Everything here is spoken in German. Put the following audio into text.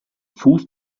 fuß